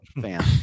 fan